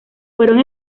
fueron